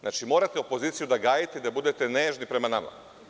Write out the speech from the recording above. Znači, morate opoziciju da gajite, da budete nežni prema nama.